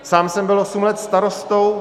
Sám jsem byl osm let starostou.